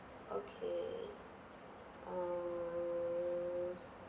okay uh